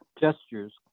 gestures